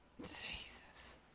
Jesus